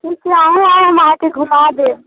ठीक छै अहूँ आउ हम अहाँकेँ घुमा देब